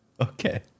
Okay